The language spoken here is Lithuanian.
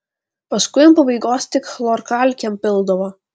paskui ant pabaigos tik chlorkalkėm pildavo